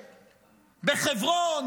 בחברון,